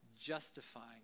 justifying